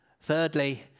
Thirdly